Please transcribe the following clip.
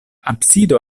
absido